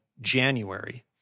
January